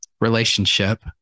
relationship